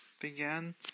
began